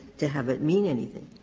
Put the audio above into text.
to have it mean anything.